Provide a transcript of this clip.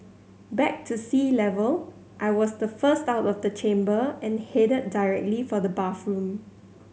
back to sea level I was the first out of the chamber and headed directly for the bathroom